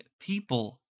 people